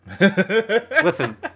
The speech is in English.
Listen